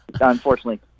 Unfortunately